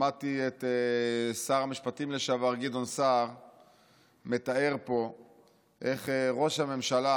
שמעתי את שר המשפטים לשעבר גדעון סער מתאר פה איך ראש הממשלה